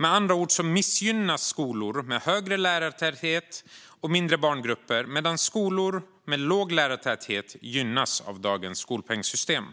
Med andra ord missgynnas skolor med högre lärartäthet och mindre barngrupper, medan skolor med låg lärartäthet gynnas av dagens skolpengssystem.